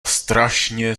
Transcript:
strašně